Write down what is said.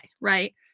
right